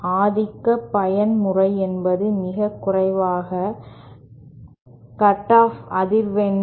ஆதிக்க பயன்முறை என்பது மிகக் குறைவான கட் ஆஃப் அதிர்வெண் ஐ கொண்ட பயன்முறையாகும்